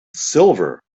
silver